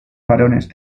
barones